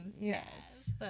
Yes